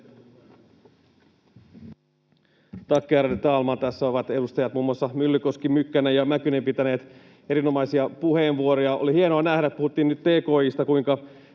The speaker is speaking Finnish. Tässä ovat muun muassa edustajat Myllykoski, Mykkänen ja Mäkynen pitäneet erinomaisia puheenvuoroja. Oli hienoa nähdä — nyt puhuttiin tki:stä — kuinka